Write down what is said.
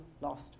lost